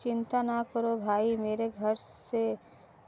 चिंता ना करो भाई मेरे घर से